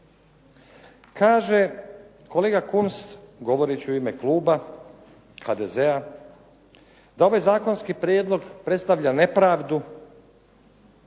Kaže kolega Kunst, govoreći u ime kluba HDZ-a, da ovaj zakonski prijedlog predstavlja nepravdu